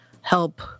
help